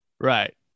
Right